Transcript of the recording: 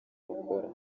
bakora